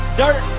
dirt